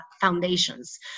foundations